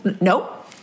Nope